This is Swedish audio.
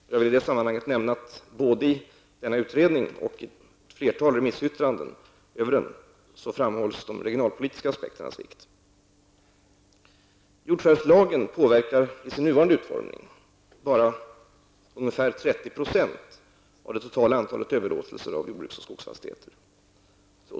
Jag vill i samanhanget nämna att i både denna utredning och i ett flertal remissyttranden över densamma framhålls de regionalpolitiska aspekternas vikt. Jordförvärvslagen påverkar i sin nuvarande utformning bara ca 30 % av det totala antalet överlåtelser av jordbruks och skogsfastigheter.